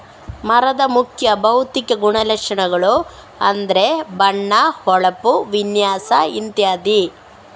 ಮರದ ಮುಖ್ಯ ಭೌತಿಕ ಗುಣಲಕ್ಷಣಗಳು ಅಂದ್ರೆ ಬಣ್ಣ, ಹೊಳಪು, ವಿನ್ಯಾಸ ಇತ್ಯಾದಿ